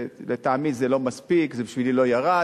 לטעמי זה לא מספיק, זה בשבילי לא ירד.